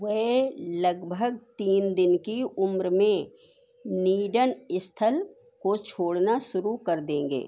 वह लगभग तीन दिन की उम्र में नीडन अस्थल को छोड़ना शुरू कर देंगे